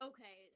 Okay